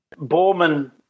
Borman